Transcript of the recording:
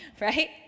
right